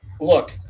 Look